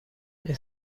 این